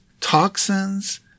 toxins